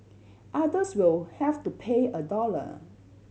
others will have to pay a dollar